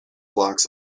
blocks